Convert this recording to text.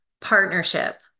partnership